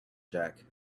jack